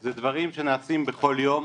אלה דברים שנעשים בכל יום,